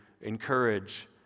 encourage